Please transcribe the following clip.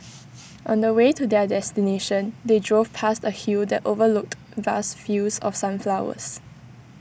on the way to their destination they drove past A hill that overlooked vast fields of sunflowers